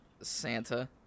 Santa